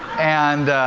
and